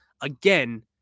again